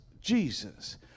Jesus